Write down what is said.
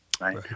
Right